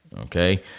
okay